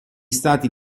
stati